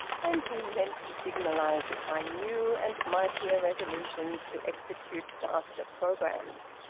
and he meant to signalise it by new and mightier resolutions to execute vaster programmes.